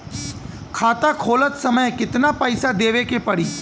खाता खोलत समय कितना पैसा देवे के पड़ी?